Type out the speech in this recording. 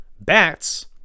bats